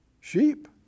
sheep